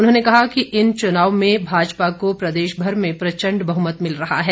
उन्होंने कहा कि इन चुनाव में भाजपा को प्रदेश भर में प्रचंड बहुमत मिल रहा है